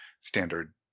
standard